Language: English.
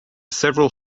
several